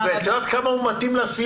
אין לך מושג כמה הוא מתאים לסיום.